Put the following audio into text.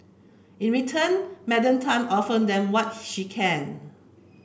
in return Madam Tan offer them what she can